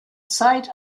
zeit